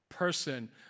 Person